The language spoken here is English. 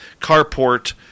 carport